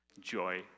Joy